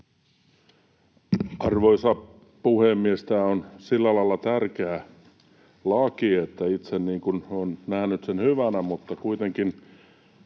Arvoisa puhemies! Tämä on sillä lailla tärkeä laki, että itse olen nähnyt sen hyvänä, mutta kuitenkin